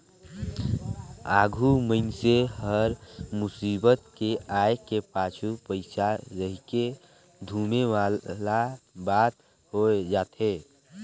आघु मइनसे हर मुसीबत के आय के पाछू पइसा रहिके धुमे वाला बात होए जाथे